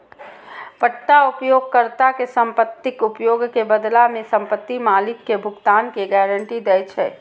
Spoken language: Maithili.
पट्टा उपयोगकर्ता कें संपत्तिक उपयोग के बदला मे संपत्ति मालिक कें भुगतान के गारंटी दै छै